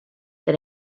that